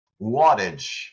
wattage